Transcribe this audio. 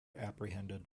apprehended